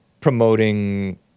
promoting